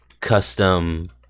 Custom